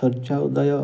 ସୂର୍ଯ୍ୟ ଉଦୟ